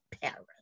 parents